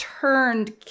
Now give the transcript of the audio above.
turned